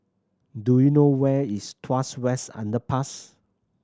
do you know where is Tuas West Underpass